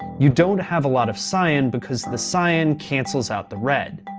you don't have a lot of cyan, because the cyan cancels out the red.